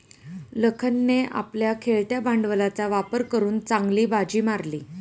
लखनने आपल्या खेळत्या भांडवलाचा वापर करून चांगली बाजी मारली